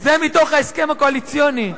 זה מתוך ההסכם הקואליציוני.